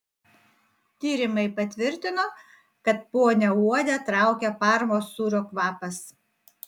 tyrimai patvirtino kad ponią uodę traukia parmos sūrio kvapas